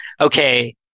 okay